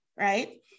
right